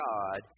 God